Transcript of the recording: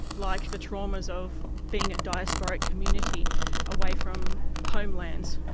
like the traumas of being a diasporic community away from home lands.